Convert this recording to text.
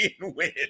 win